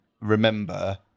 remember